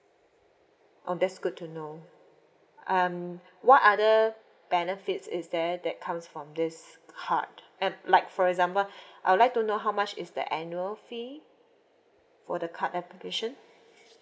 oh that's good to know um what other benefits is there that comes from this card and like for example I would like to know how much is the annual fee for the card application